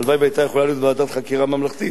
הלוואי שהיתה יכולה להיות ועדת חקירה ממלכתית